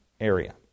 area